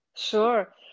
Sure